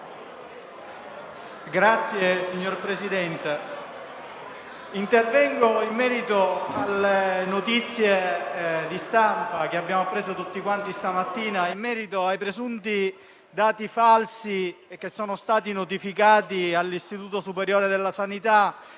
*(M5S)*. Signor Presidente, intervengo in merito alle notizie di stampa, che abbiamo appreso tutti stamattina, sui presunti dati falsi che sono stati notificati all'Istituto superiore di sanità